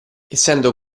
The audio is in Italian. essendo